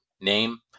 name